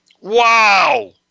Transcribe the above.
Wow